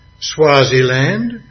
Swaziland